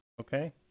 Okay